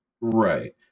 right